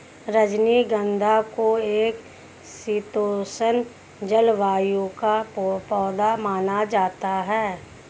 रजनीगंधा को एक शीतोष्ण जलवायु का पौधा माना जाता है